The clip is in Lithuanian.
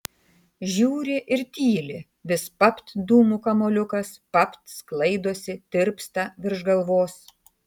žiūri ir tyli vis papt dūmų kamuoliukas papt sklaidosi tirpsta virš galvos